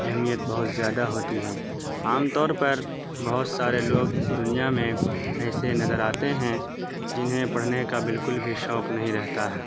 اہمیت بہت زیادہ ہوتی ہے عام طور پر بہت سارے لوگ اس دنیا میں ایسے نظر آتے ہیں جنہیں پڑھنے کا بالکل بھی شوق نہیں رہتا ہے